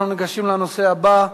אנחנו ניגשים לנושא הבא.